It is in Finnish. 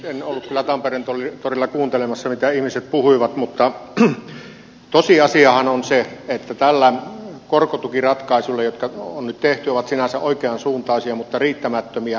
en ollut kyllä tampereen torilla kuuntelemassa mitä ihmiset puhuivat mutta tosiasiahan on se että nämä korkotukiratkaisut jotka on nyt tehty ovat sinänsä oikeansuuntaisia mutta riittämättömiä